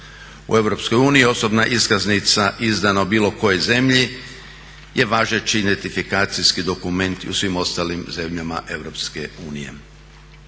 U EU osobna iskaznica izdana u bilo kojoj zemlji je važeći identifikacijski dokument i u svim ostalim zemljama EU.